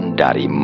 dari